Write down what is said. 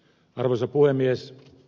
arvoisa puhemies